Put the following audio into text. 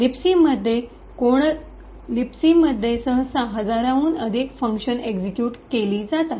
libc मध्ये सहसा हजाराहून अधिक फंक्शन एक्सिक्यूट केली जातात